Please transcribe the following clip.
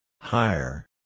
Higher